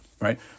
right